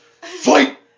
Fight